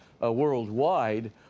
worldwide